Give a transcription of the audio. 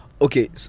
Okay